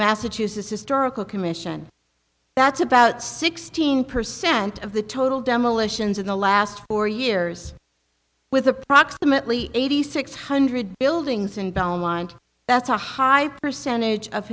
massachusetts historical commission that's about sixteen percent of the total demolitions in the last four years with approximately eighty six hundred buildings in belmont that's a high percentage of